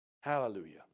Hallelujah